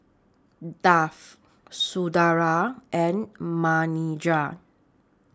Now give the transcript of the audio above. Dev Sunderlal and Manindra